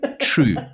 True